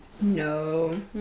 No